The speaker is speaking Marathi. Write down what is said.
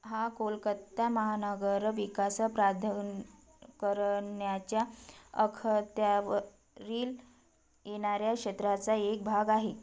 हा कोलकाता महानगर विकास प्राधिकरणाच्या अखत्यावरील येणाऱ्या क्षेत्राचा एक भाग आहे